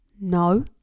No